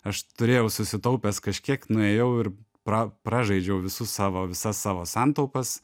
aš turėjau susitaupęs kažkiek nuėjau ir pra pražaidžiau visus savo visas savo santaupas